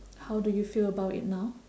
how do you feel about it now